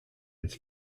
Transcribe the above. its